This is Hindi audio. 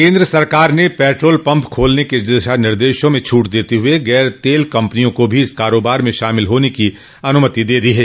केन्द्र सरकार ने पेट्रोल पम्प खोलने के दिशा निर्देशा में छूट देते हुए गर तेल कम्पनियों को भी इस कारोबार में शामिल होने की अनुमति दे दी है